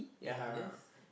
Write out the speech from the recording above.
yes